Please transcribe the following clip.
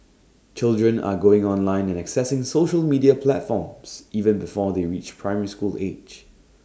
children are going online and accessing social media platforms even before they reach primary school age